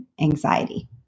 anxiety